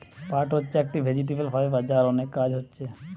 পাট হচ্ছে একটি ভেজিটেবল ফাইবার যার অনেক কাজ হচ্ছে